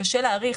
שקשה להעריך,